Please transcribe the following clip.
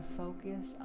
focus